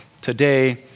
today